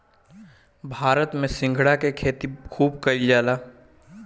भारत में सिंघाड़ा के खेती खूब कईल जाला